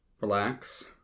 Relax